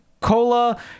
Cola